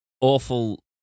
awful